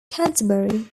canterbury